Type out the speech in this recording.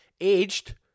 Aged